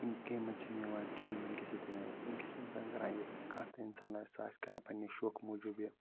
گیمہ مَنٛز چھ نہٕ یِوان کِہیٖنۍ ونکیٚس یہِ دِنہٕ ونکیٚس چھ اِنسان کران یہِ کانٛہہ تہِ اِنسان آسہِ سُہ آسہِ کَران پَننہِ شوخہٕ موٗجُب یہِ